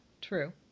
true